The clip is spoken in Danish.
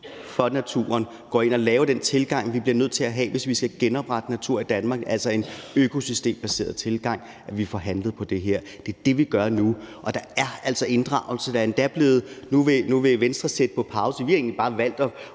for naturen og har den tilgang, vi bliver nødt til at have, hvis vi skal genoprette naturen i Danmark, altså en økosystembaseret tilgang. Det er det, vi gør nu, og der er altså inddragelse. Nu vil Venstre sætte det på pause. Vi har jo egentlig bare valgt at